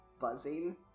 buzzing